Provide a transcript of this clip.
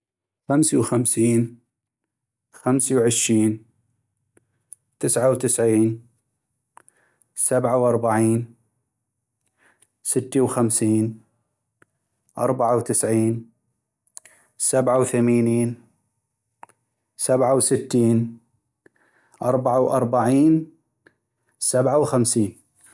خمسي وخمسين ، خمسي وعشين ، تسعة وتسعين ، سبعة وأربعين ، ستي وخمسين ، أربعة وتسعين ، سبعة وثمينين ، سبعة وستين ، أربعة وأربعين ، سبعة وخمسين